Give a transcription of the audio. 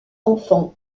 enfants